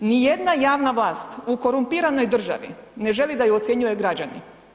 Nijedna javna vlast u korumpiranoj državi ne želi da ju ocjenjuju građani.